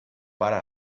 para